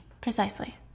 Precisely